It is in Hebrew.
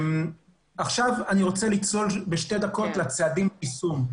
עכשיו אני רוצה לצלול בשתי דקות לצעדי היישום: